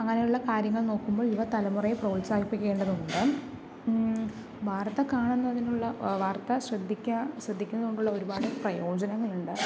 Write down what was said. അങ്ങനെയുള്ള കാര്യങ്ങൾ നോക്കുമ്പോൾ യുവതലമുറയെ പ്രോത്സാഹിപ്പിക്കേണ്ടതുണ്ട് വാർത്ത കാണുന്നതിനുള്ള വാർത്ത ശ്രദ്ധിക്ക ശ്രദ്ധിക്കുന്നതുകൊണ്ടുള്ള ഒരുപാട് പ്രയോജനങ്ങളുണ്ട്